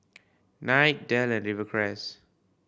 Knight Dell and Rivercrace